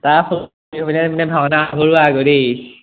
ভাওনা হ'ল আকৌ দেই